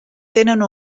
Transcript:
tenen